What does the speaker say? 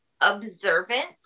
observant